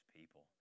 people